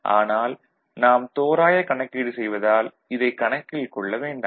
ஆனால் நாம் தோராய கணக்கீடு செய்வதால் இதைக் கணக்கில் கொள்ள வேண்டாம்